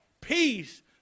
peace